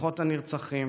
הנרצחים